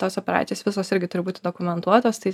tos operacijos visos irgi turi būti dokumentuotos tai